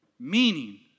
meaning